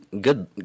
Good